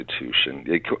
institution